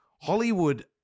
Hollywood